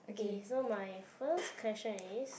okay so my first question is